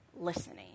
listening